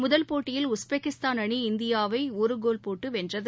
முதல் போட்டியில் உஸ்பெக்கிஸ்தான் அணி இந்தியாவைஒருகோல் போட்டுவென்றது